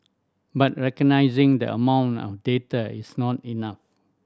but recognising the amount of data is not enough